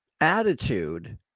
attitude